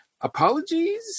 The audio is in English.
apologies